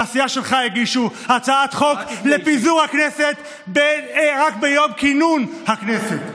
מהסיעה שלך הגישו הצעת חוק לפיזור הכנסת רק ביום כינון הכנסת.